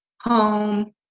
home